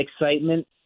excitement